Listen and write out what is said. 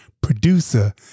producer